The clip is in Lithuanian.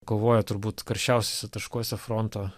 kovoja turbūt karščiausiuose taškuose fronto